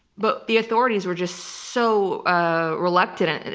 but the authorities were just so ah reluctant,